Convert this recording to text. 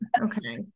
Okay